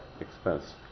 expense